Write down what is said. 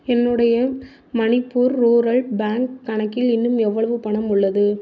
என்னுடைய Manipur rural bank கணக்கில் இன்னும் எவ்வளவு பணம் உள்ளது